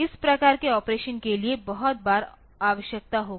इस प्रकार के ऑपरेशन के लिए बहुत बार आवश्यकता होगी